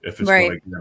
Right